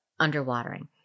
underwatering